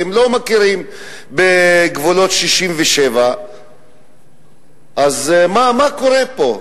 והם לא מכירים בגבולות 67'. אז מה קורה פה?